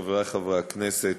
חברי חברי הכנסת,